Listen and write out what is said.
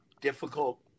difficult